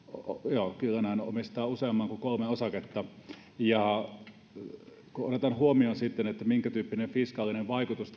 joo kyllä näin omistaa useamman kuin kolme osaketta kun otetaan sitten huomioon minkätyyppinen fiskaalinen vaikutus